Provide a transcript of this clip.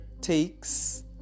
takes